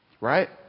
right